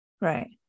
Right